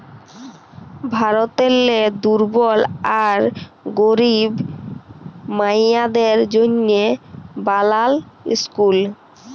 ভারতেরলে দুর্বল আর গরিব মাইয়াদের জ্যনহে বালাল ইসকুল